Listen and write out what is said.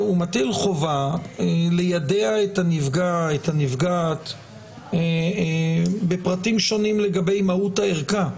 הוא מטיל חובה ליידע את הנפגע והנפגעת בפרטים שונים לגבי מהות הערכה.